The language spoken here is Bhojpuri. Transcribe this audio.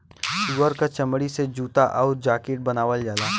सूअर क चमड़ी से जूता आउर जाकिट बनावल जाला